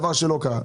דבר שלא קרה.